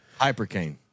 Hypercane